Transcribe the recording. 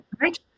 right